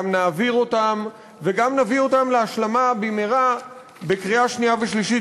גם נעביר אותם וגם נביא אותם להשלמה במהרה בקריאה שנייה ושלישית,